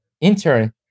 intern